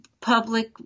public